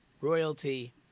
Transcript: royalty